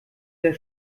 der